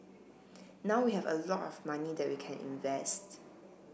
now we have a lot of money that we can invest